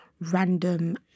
random